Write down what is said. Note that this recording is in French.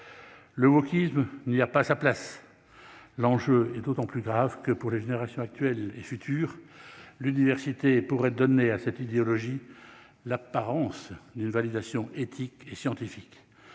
le wokisme, il n'y a pas sa place, l'enjeu est d'autant plus grave que pour les générations actuelles et futures, l'université pourrait donner à cette idéologie l'apparence d'une validation éthiques et scientifiques,